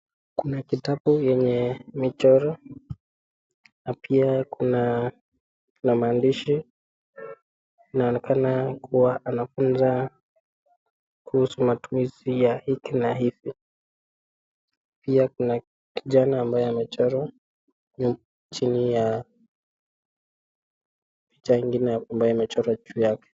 Kuna kitabu yenye michoro na pia kuna maandishi inaonekana kuwa anafunza kuhusu matumizi ya hiki na hivi pia kuna kijana ambaye amechorwa chini ya picha ingine hapo ambayo imechorwa juu yake.